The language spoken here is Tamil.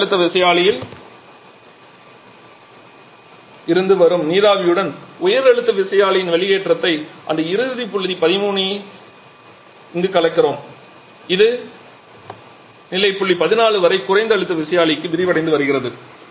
குறைந்த அழுத்த விசையாழியில் இருந்து வரும் நீராவியுடன் உயர் அழுத்த விசையாழியின் வெளியேற்றத்தை இந்த இறுதி புள்ளி 13 ஐ இங்கு கலக்கிறோம் இது நிலை புள்ளி 14 வரை குறைந்த அழுத்த விசையாழிக்கு விரிவடைந்து வருகிறது